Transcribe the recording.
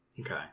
Okay